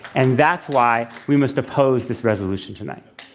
and that's why we must oppose this resolution tonight.